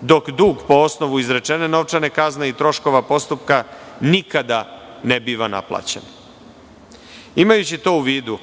dok dug po osnovu izrečene novčane kazne i troškova postupka nikada ne biva naplaćen. Imajući to u vidu,